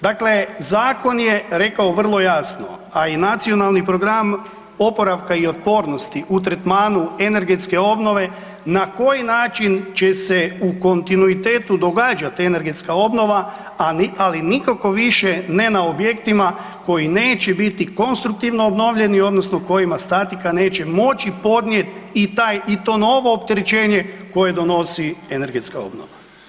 Dakle zakon je rekao vrlo jasno, a i Nacionalni plan oporavka i otpornosti u tretmanu energetske obnove na koji način će se u kontinuitetu događati energetska obnova, ali nikako više ne na objektima koji neće biti konstruktivno obnovljeni, odnosno kojima statika neće moći podnijeti i taj, i to novo opterećenje koje donosi energetska obnova.